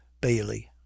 bailey